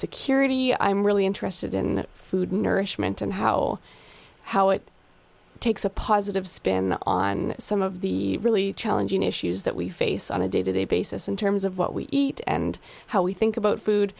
security i'm really interested in food nourishment and how how it takes a positive spin on some of the really challenging issues that we face on a day to day basis in terms of what we eat and how we think about food